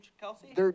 Kelsey